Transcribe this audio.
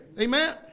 amen